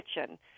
kitchen